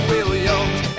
Williams